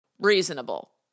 reasonable